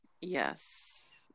Yes